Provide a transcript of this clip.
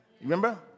Remember